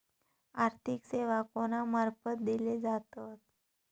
आर्थिक सेवा कोणा मार्फत दिले जातत?